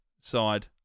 side